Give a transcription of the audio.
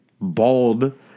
bald